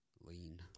Lean